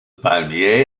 palmier